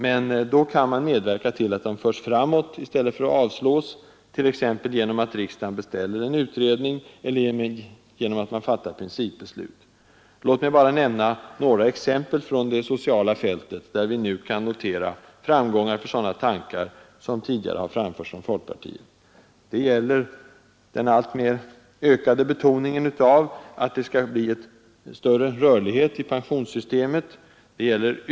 Men då kan man medverka till att de förs framåt i stället för avslås, t.ex. genom att riksdagen beställer en utredning, eller genom att principbeslut fattas. Låt mig bara nämna några exempel från det sociala fältet, där vi nu kan notera framgångar för sådana tankar som tidigare har framförts från folkpartiet: 1. Den allt mer ökade betoningen av att det skall bli större rörlighet i pensionssystemet; 2.